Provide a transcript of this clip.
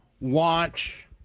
watch